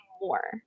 more